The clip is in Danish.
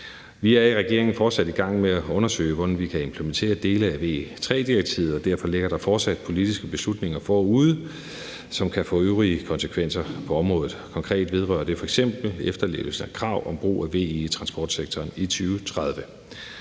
Vi er i regeringen fortsat i gang med at undersøge, hvordan vi kan implementere dele af VE III-direktivet, og derfor ligger der fortsat politiske beslutninger forude, som kan få øvrige konsekvenser på området. Konkret vedrører det f.eks. efterlevelse af krav om brug af VE i transportsektoren i 2030.